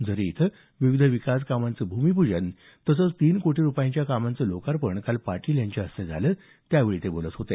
झरी इथं विविध विकास कामांचं भूमिपूजन तसंच तीन कोटी रुपयांच्या कामांचं लोकार्पण काल पाटील यांच्या हस्ते झालं त्यावेळी ते बोलत होते